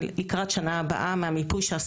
אני רק אומר מראש שההבדל הגדול בתוכן